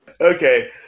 Okay